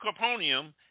Caponium